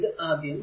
ഇത് ആദ്യം